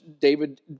David